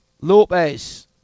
Lopez